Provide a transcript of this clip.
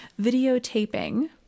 videotaping